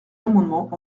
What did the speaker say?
amendements